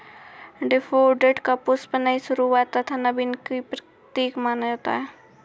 daffodil का पुष्प नई शुरुआत तथा नवीन का प्रतीक माना जाता है